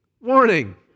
Warning